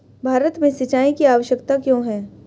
भारत में सिंचाई की आवश्यकता क्यों है?